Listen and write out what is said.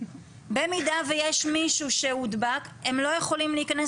במידה ויש מישהו שנדבק הם לא יכולים להיכנס